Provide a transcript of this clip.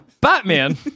Batman